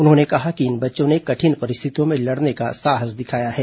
उन्होंने कहा कि इन बच्चों ने कठिन परिस्थितियों में लड़ने का साहस दिखाया है